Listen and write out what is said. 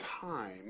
time